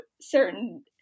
certain